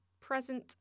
present